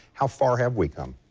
how far have we come?